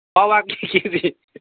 अभागी सिमी